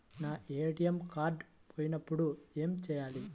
నా ATM card పోయినప్పుడు ఏమి చేయాలి?